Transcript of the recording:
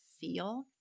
feel